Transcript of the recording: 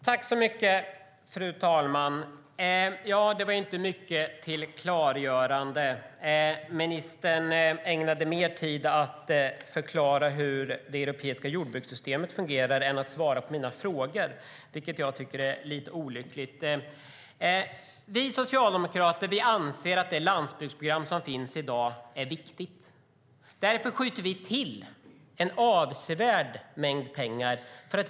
Fru talman! Det var inte mycket till klargörande. Ministern ägnade mer tid åt att förklara hur det europeiska jordbrukssystemet fungerar än åt att svara på mina frågor. Det tycker jag är lite olyckligt. Vi socialdemokrater anser att det landsbygdsprogram som finns i dag är viktigt. Därför skjuter vi till en avsevärd mängd pengar.